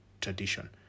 tradition